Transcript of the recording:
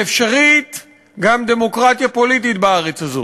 ואפשרית גם דמוקרטיה פוליטית בארץ הזאת,